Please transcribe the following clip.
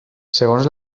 segons